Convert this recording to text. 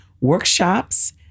workshops